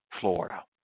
Florida